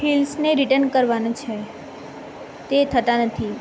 હિલ્સને return કરવાના છે તે થતાં નથી